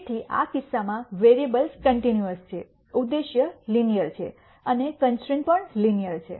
તેથી આ કિસ્સામાં વેરીએબલ્સ કન્ટિન્યૂઅસ છે ઉદ્દેશ્ય લિનિયર છે અને કન્સ્ટ્રૈન્ટ પણ લિનિયર છે